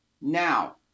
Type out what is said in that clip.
Now